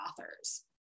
authors